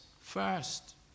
first